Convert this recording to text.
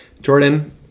Jordan